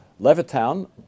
Levittown